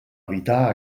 evitar